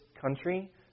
country